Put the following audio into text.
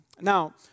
Now